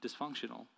dysfunctional